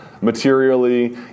materially